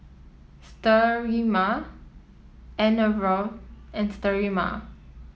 Sterimar Enervon and Sterimar